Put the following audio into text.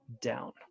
down